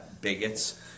bigots